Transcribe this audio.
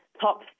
top